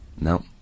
No